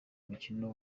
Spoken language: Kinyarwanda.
mukino